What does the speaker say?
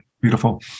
Beautiful